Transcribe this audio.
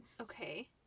Okay